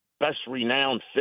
best-renowned